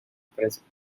present